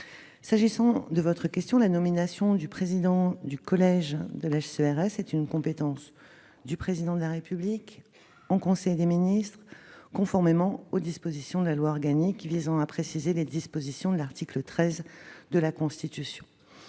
faire vivre à l'avenir. La nomination du président du collège du HCERES est une compétence du Président de la République en conseil des ministres, conformément à la loi organique visant à préciser les dispositions de l'article 13 de la Constitution.